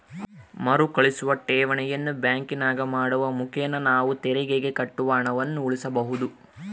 ಮರುಕಳಿಸುವ ಠೇವಣಿಯನ್ನು ಬ್ಯಾಂಕಿನಾಗ ಮಾಡುವ ಮುಖೇನ ನಾವು ತೆರಿಗೆಗೆ ಕಟ್ಟುವ ಹಣವನ್ನು ಉಳಿಸಬಹುದು